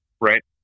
Right